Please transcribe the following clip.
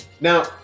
now